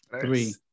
three